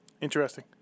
Interesting